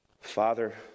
Father